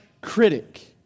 critic